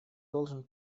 должен